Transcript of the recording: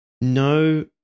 no